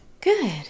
Good